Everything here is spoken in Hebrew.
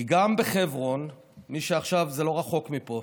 כי גם בחברון, מי שעכשיו, זה לא רחוק מפה,